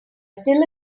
still